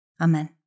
Amen